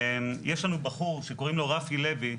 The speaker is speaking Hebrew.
יש לנו בחור שקוראים לו רפי לוי.